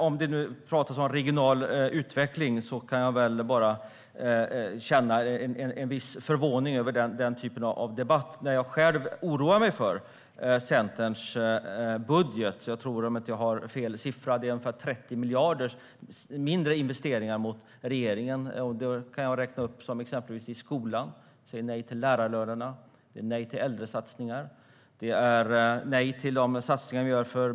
Om vi talar om regional utveckling måste jag säga att jag känner viss förvåning över den typen av debatt när jag själv oroar mig för Centerns budget. Om jag inte har fel siffra anslår man ungefär 30 miljarder mindre än regeringen till investeringar. Det handlar om skolan, där Centern säger nej till höjda lärarlöner. Man säger nej till äldresatsningar. Man säger nej till satsningar på bostäder.